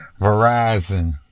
Verizon